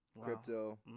crypto